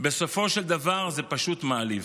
בסופו של דבר זה פשוט מעליב".